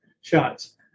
shots